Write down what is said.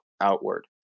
outward